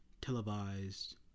televised